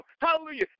hallelujah